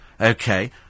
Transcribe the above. Okay